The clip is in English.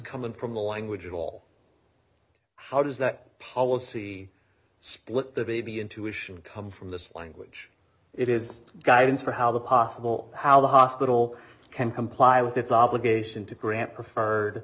coming from the language at all how does that policy split the baby intuition come from this language it is guidance for how the possible how the hospital can comply with its obligation to grant preferred